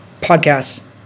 Podcasts